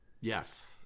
Yes